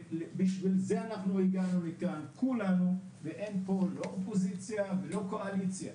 בשביל זה אנחנו הגענו לכאן כולנו ואין פה לא ופוזיציה ולא קואליציה,